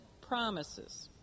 promises